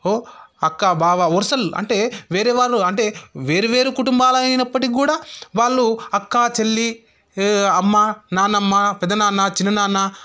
అక్క బావ వరుసలు అంటే వేరే వాళ్ళు అంటే వేరువేరు కుటుంబాలు అయినప్పటికీ కూడా వాళ్ళు అక్కా చెల్లి అమ్మ నాన్నమ్మ పెదనాన్న చిననాన్న